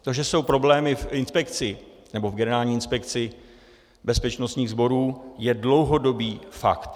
To, že jsou problémy v Generální inspekci bezpečnostních sborů, je dlouhodobý fakt.